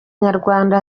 nyarwanda